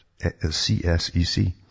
CSEC